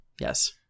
Yes